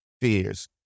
fears